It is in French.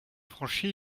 franchies